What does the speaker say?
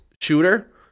shooter